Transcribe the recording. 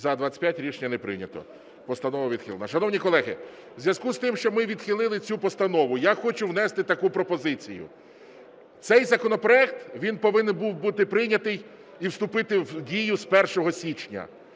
відхилена. Шановні колеги, у зв'язку з тим, що ми відхилили цю постанову, я хочу внести таку пропозицію. Цей законопроект, він повинен був бути прийнятий і вступити в дію з 1 січня.